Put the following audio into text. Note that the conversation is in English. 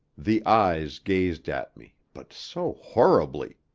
the eyes gazed at me, but so horribly!